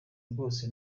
rwose